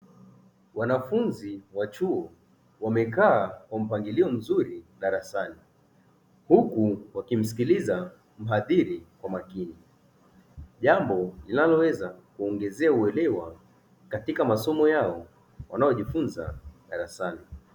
Wanafunzi wa chuo wamekaa kwa mpangilio mzuri darasani, huku wakimsikiliza mhadhiri kwa makini. Jambo linaloweza kuongezewa uelewa katika masomo yao wanaojifunza darasani.